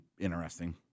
interesting